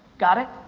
got it?